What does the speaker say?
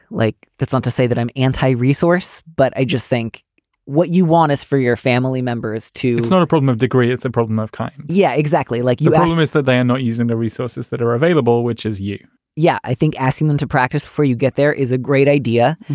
like, that's not to say that i'm anti resource, but i just think what you want is for your family members to it's not a problem of degree, it's a problem of kind. yeah, exactly. like you arguments that they are not using the resources that are available, which is you yeah. i think asking them to practice for you get there is a great idea.